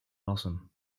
passen